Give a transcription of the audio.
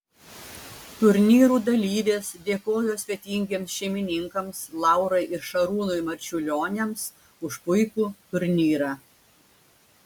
turnyrų dalyvės dėkojo svetingiems šeimininkams laurai ir šarūnui marčiulioniams už puikų turnyrą